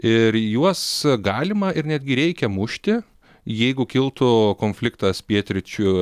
ir juos galima ir netgi reikia mušti jeigu kiltų konfliktas pietryčių